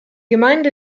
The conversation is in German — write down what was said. gemeinde